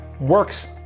works